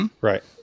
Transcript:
right